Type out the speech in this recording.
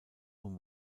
und